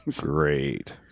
Great